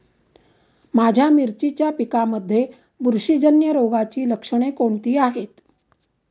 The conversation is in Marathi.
माझ्या मिरचीच्या पिकांमध्ये बुरशीजन्य रोगाची लक्षणे कोणती आहेत?